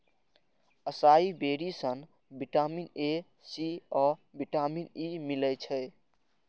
असाई बेरी सं vitamin A, C आ विटामिन ई मिलै छै